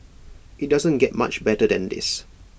IT doesn't get much better than this